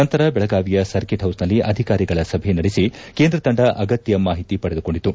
ನಂತರ ಬೆಳಗಾವಿಯ ಸರ್ಕೀಟ್ ಹೌಸ್ನಲ್ಲಿ ಅಧಿಕಾರಿಗಳ ಸಭೆ ನಡೆಸಿ ಕೇಂದ್ರ ತಂಡ ಅಗತ್ಯ ಮಾಹಿತಿ ಪಡೆದುಕೊಂಡಿತು